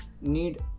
need